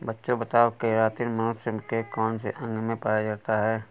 बच्चों बताओ केरातिन मनुष्य के कौन से अंग में पाया जाता है?